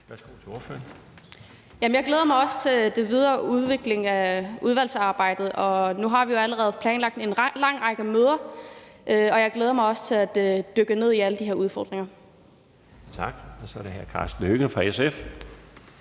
Jeg glæder mig også til den videre udvikling af udvalgsarbejdet. Nu har vi allerede planlagt en lang række møder, og jeg glæder mig også til at dykke ned i alle de her udfordringer. Kl. 21:27 Den fg. formand (Bjarne